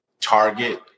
target